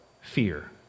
fear